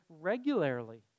regularly